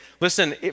Listen